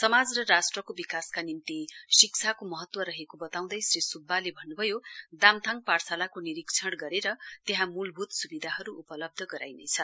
समाज र राष्ट्रको विकासका निम्ति शिक्षाको महत्व रहेको बताउँदै श्री सुब्बाले भन्नुभयो दाम्थाङ पाठशालाको निरीक्षण गरेर त्यहाँ मूलभूत सुविधारहरू उपलब्ध गराइनेछ